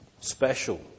special